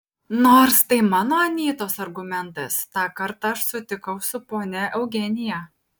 nors tai mano anytos argumentas tą kartą aš sutikau su ponia eugenija